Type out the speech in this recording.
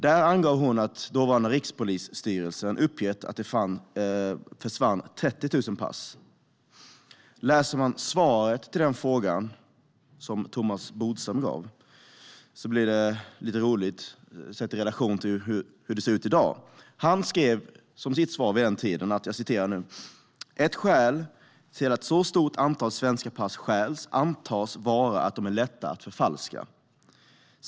Där angav hon att dåvarande Rikspolisstyrelsen hade uppgett att det försvann 30 000 pass. Thomas Bodströms svar på hennes fråga är lite roligt, sett i relation till hur det ser ut i dag. Han skrev: "Ett skäl till att ett så stort antal svenska pass stjäls antas vara att de är lätta att förfalska.